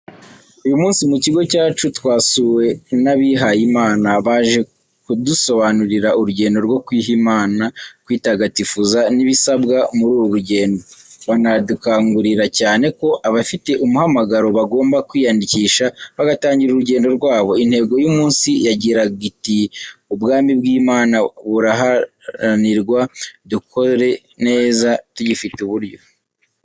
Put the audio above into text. Uyu munsi mu kigo cyacu twasuwe n’abihayimana. Baje kudusobanurira urugendo rwo kwiha Imana, kwitagatifuza n’ibisabwa muri uru rugendo. Banadukangurira cyane ko abafite umuhamagaro bagomba kwiyandikisha bagatangira urugendo rwabo. Intego y’umunsi yagiraga iti: “Ubwami bw’Imana burahanirwa, dukore neza tugifite uburyo.”